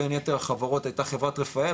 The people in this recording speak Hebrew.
בין יתר החברות היתה חברת "רפאל",